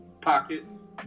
pockets